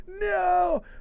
No